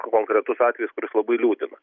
konkretus atvejis kuris labai liūdina